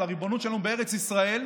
על הריבונות שלנו בארץ ישראל,